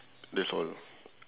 that's all